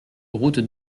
route